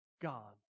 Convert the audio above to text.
God